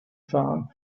farm